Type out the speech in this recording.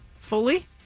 Fully